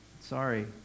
Sorry